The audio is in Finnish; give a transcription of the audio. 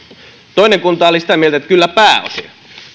toinen kunta oli sitä mieltä että kyllä pääosin